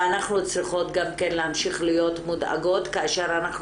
ואנחנו צריכים גם כן להמשיך להיות מודאגות כאשר אנחנו